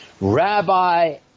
Rabbi